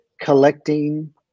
collecting